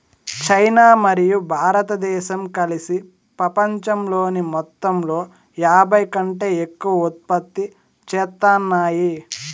China మరియు భారతదేశం కలిసి పపంచంలోని మొత్తంలో యాభైకంటే ఎక్కువ ఉత్పత్తి చేత్తాన్నాయి